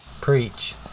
preach